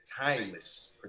timeless